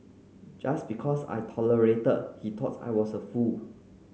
just because I tolerated he thought I was a fool